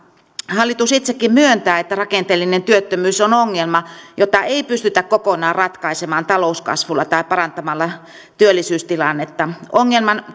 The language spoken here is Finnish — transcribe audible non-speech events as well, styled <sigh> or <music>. hallitus itsekin myöntää että rakenteellinen työttömyys on ongelma jota ei pystytä kokonaan ratkaisemaan talouskasvulla tai parantamalla työllisyystilannetta ongelman <unintelligible>